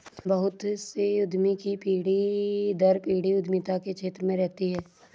बहुत से उद्यमी की पीढ़ी दर पीढ़ी उद्यमिता के क्षेत्र में रहती है